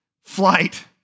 Flight